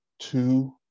two